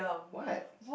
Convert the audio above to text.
what